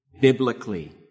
biblically